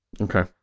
Okay